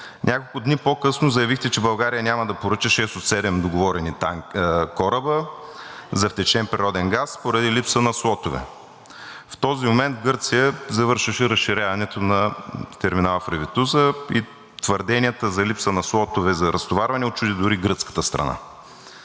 Няколко дни по-късно заявихте, че България няма да поръча шест от седем договорени кораба за втечнен природен газ поради липса на слотове. В този момент Гърция завършваше разширяването на терминал Ревитуса и твърденията за липса на слотове за разтоварване учуди дори гръцката страна.